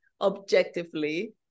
objectively